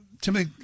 Timmy